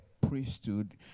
priesthood